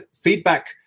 feedback